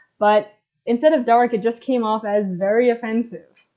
but instead of dark it just came off as very offensive.